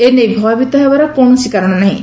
ଏ ନେଇ ଭୟଭୀତ ହେବାର କୌଣସି କାରଣ ନାହିଁ